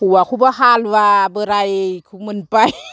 हौवाखौबो हालुवा बोरायखौ मोनबाय